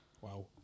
Wow